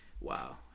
wow